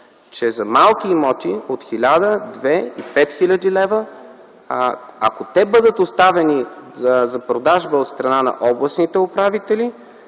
че за малки имоти от 1000, 2000 и 5000 лв., ако те бъдат оставени за продажба от страна на областните управители,